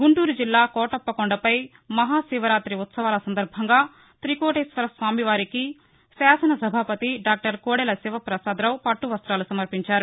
గుంటూరు జిల్లా కోటప్పకొండపై మహాశివరాతి ఉత్సవాల సందర్బంగా త్రికోటేశ్వర స్వామి వారికి శాసన సభాపతి డాక్టర్ కోడెల శివప్రసాదరావు పట్టవస్తాలు సమర్పించారు